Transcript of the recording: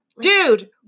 Dude